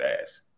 ass